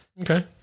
okay